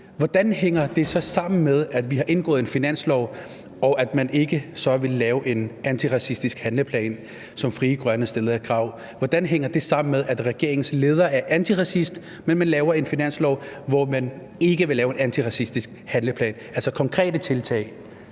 Hvordan hænger det så sammen med, at man har indgået en finanslovsaftale, hvor man så ikke vil lave en antiracistisk handleplan, som Frie Grønne stillede et krav om? Hvordan hænger det, at regeringens leder er antiracist, sammen med, at man laver en finanslov, hvor man ikke vil lave en antiracistisk handleplan, altså konkrete tiltag